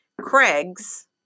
Craig's